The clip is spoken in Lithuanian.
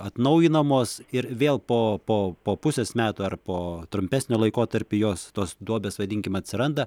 atnaujinamos ir vėl po po po pusės metų ar po trumpesnio laikotarpio jos tos duobės vadinkime atsiranda